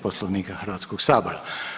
Poslovnika Hrvatskog sabora.